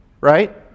right